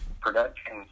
production